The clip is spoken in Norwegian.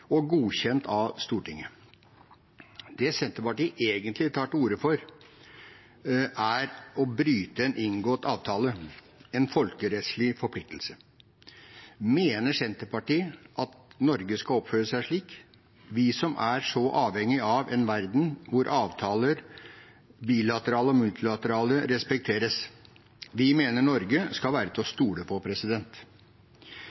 og godkjent av Stortinget. Det Senterpartiet egentlig tar til orde for, er å bryte en inngått avtale, en folkerettslig forpliktelse. Mener Senterpartiet at Norge skal oppføre seg slik, vi som er så avhengig av en verden hvor avtaler, bilaterale og multilaterale, respekteres? Vi mener Norge skal være til å